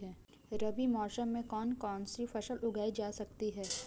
रबी मौसम में कौन कौनसी फसल उगाई जा सकती है?